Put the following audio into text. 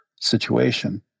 situation